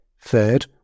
Third